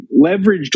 leveraged